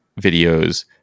videos